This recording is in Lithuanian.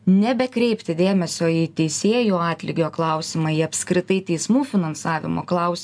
nebekreipti dėmesio į teisėjų atlygio klausimą į apskritai teismų finansavimo klaus